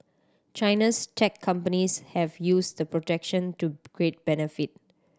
China's tech companies have used the protection to great benefit